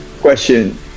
Question